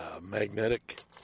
magnetic